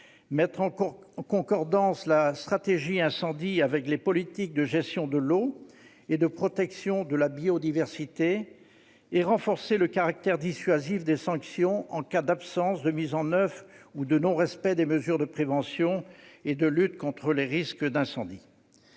mettre en concordance la stratégie incendie avec les politiques de gestion de l'eau et de protection de la biodiversité et renforcer le caractère dissuasif des sanctions en cas d'absence de mise en oeuvre ou de non-respect des mesures de prévention et de lutte contre le risque incendie.